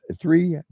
three